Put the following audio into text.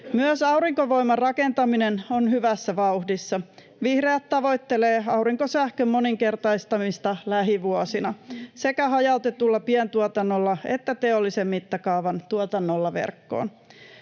Myös aurinkovoiman rakentaminen on hyvässä vauhdissa. Vihreät tavoittelevat aurinkosähkön moninkertaistamista lähivuosina sekä hajautetulla pientuotannolla että teollisen mittakaavan tuotannolla verkkoon.